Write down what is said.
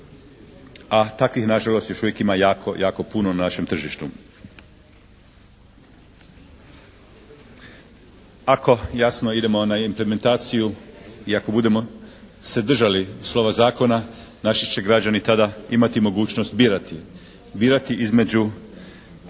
a takvih nažalost još uvijek ima jako, jako puno na našem tržištu. Ako jasno idemo na implementaciju i ako budemo se držali slova zakona naši će građani tada imati mogućnost birati.